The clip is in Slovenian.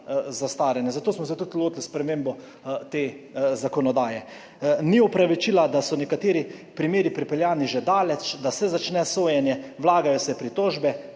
zastaranja, zato smo se tudi lotili spremembe te zakonodaje. Ni opravičila, da so nekateri primeri pripeljani že daleč, da se začne sojenje, vlagajo se pritožbe,